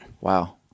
Wow